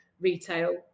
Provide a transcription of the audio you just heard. retail